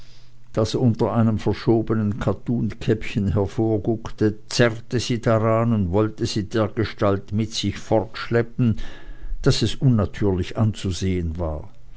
das unter einem verschobenen kattunkäppchen hervorguckte zerrte sie daran und wollte sie dergestalt mit sich fortschleppen daß es unnatürlich anzusehen war